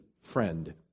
friend